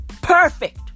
Perfect